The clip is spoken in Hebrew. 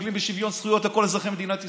דוגלים בשוויון זכויות לכל אזרחי מדינת ישראל,